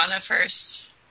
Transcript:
first